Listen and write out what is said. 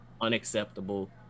unacceptable